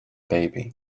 baby